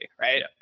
right